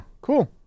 Cool